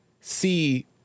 see